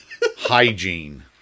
hygiene